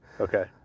okay